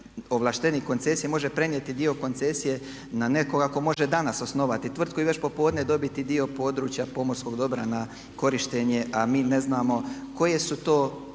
ovlaštenik koncesije može prenijeti dio koncesije na nekoga tko može danas osnovati tvrtku i već popodne dobiti dio područja pomorskog dobra na korištenje a mi ne znamo koje su to